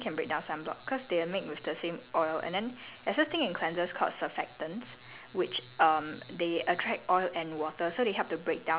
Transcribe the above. so when you when you use cleansers that can break down makeup right it definitely can break down sunblock cause they were made with the same oil and then there's this thing in cleansers called surfactants